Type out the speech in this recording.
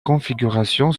configuration